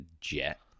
jet